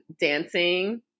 dancing